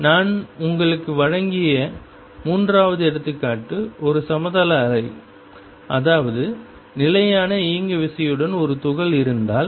நான் உங்களுக்கு வழங்கிய மூன்றாவது எடுத்துக்காட்டு ஒரு சமதள அலை அதாவது நிலையான இயங்குவிசையுடன் ஒரு துகள் இருந்தால்